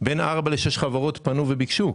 בין ארבע לשש חברות פנו וביקשו.